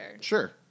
Sure